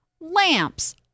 lamps